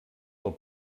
del